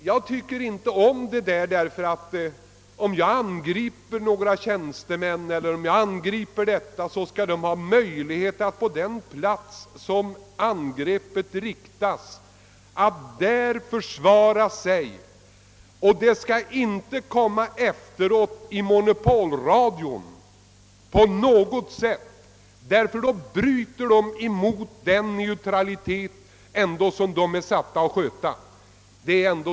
Jag anser att om man angriper några tjänstemän skall de ha möjlighet att försvara sig på den plats där angreppet sker, Svaret skall inte komma efteråt i monopolradion, eftersom tjänstemännen då bryter mot den neutralitet som de är satta att upprätthålla.